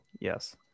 Yes